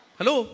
Hello